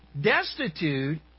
destitute